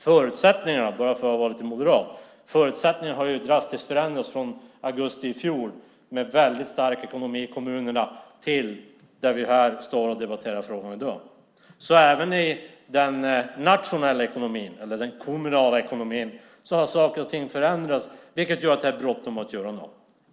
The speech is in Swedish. Förutsättningarna har ju drastiskt förändrats sedan augusti i fjol, från en väldigt stark ekonomi i kommunerna till det vi här står och debatterar i dag. Även i den nationella eller den kommunala ekonomin har saker och ting förändrats, vilket gör att det är bråttom att göra något.